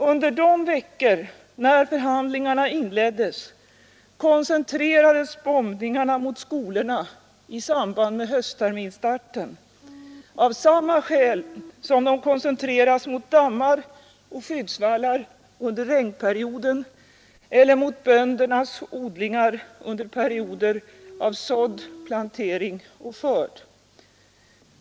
Under de veckor, då förhandlingarna inleddes, koncentrerades bombningarna mot skolorna i samband med höstterminsstarten, av samma skäl som de koncentreras mot dammar och skyddsvallar under regnperioden eller mot böndernas odlingar under perioder av sådd, plantering och skörd.